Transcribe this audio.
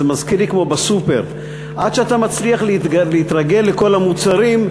זה מזכיר לי כמו בסופר: עד שאתה מצליח להתרגל לכל המוצרים,